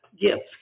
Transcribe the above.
gifts